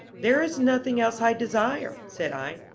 there is nothing else i desire, said i.